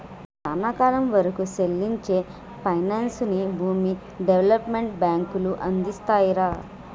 సానా కాలం వరకూ సెల్లించే పైనాన్సుని భూమి డెవలప్మెంట్ బాంకులు అందిత్తాయిరా